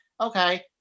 okay